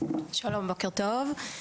שלום, בוקר טוב.